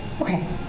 okay